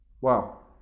Wow